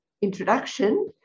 introduction